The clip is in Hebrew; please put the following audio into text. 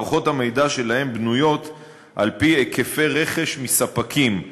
מערכות המידע שלהם בנויות על-פי היקפי רכש מספקים,